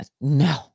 No